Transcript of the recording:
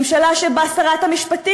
ממשלה ששרת המשפטים